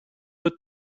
hot